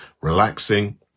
relaxing